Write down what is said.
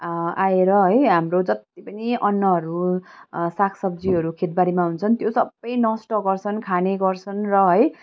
आएर है हाम्रो जत्ति पनि अन्नहरू सागसब्जीहरू खेतबारीमा हुन्छन् त्यो सबै नष्ट गर्छन् खाने गर्छन् र है